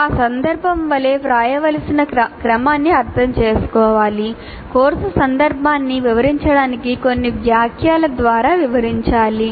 ఆ సందర్భం వలె వ్రాయవలసిన క్రమాన్ని అర్థం చేసుకోవాలి కోర్సు సందర్భాన్ని వివరించడానికి కొన్ని వాక్యాల ద్వారా వివరించాలి